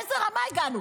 לאיזו רמה הגענו?